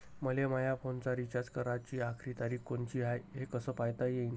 मले माया फोनचा रिचार्ज कराची आखरी तारीख कोनची हाय, हे कस पायता येईन?